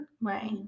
right